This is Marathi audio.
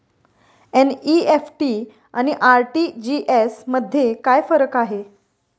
एन.इ.एफ.टी आणि आर.टी.जी.एस मध्ये काय फरक आहे?